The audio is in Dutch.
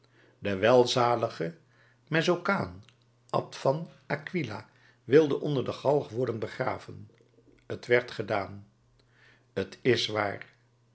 de welzalige mezzocane abt van aquila wilde onder de galg worden begraven t werd gedaan t is waar